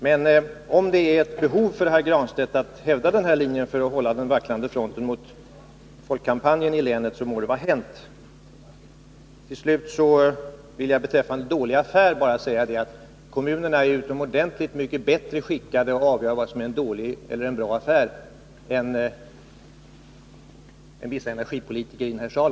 Men om Pär Granstedt känner ett behov av att hävda den linjen för att hålla den vacklande fronten mot folkkampanjen i länet, må det vara hänt. Beträffande dåliga affärer vill jag påpeka att kommunerna är mycket bättre skickade att avgöra vad som är en bra eller en dålig affär än vissa energipolitiker i denna sal.